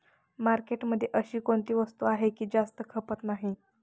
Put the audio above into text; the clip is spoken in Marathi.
मार्केटमध्ये अशी कोणती वस्तू आहे की जास्त खपत नाही?